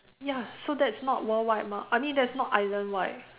ya so that's not worldwide mah I mean that's not islandwide